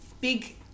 big